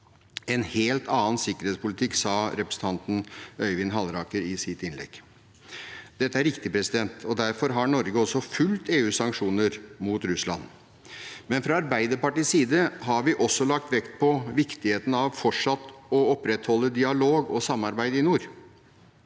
«en helt annen sikkerhetssituasjon», sa representanten Øyvind Halleraker i sitt innlegg. Dette er riktig, og derfor har Norge også fulgt EUs sanksjoner mot Russland. Men fra Arbeiderpartiets side har vi også lagt vekt på viktigheten av fortsatt å opprettholde dialog og samarbeid i nord,